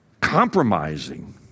compromising